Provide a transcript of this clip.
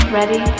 Ready